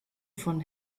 von